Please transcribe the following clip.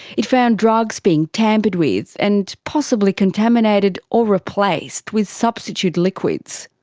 it found drugs being tampered with, and possibly contaminated or replaced with substitute liquids.